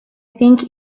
think